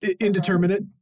indeterminate